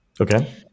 Okay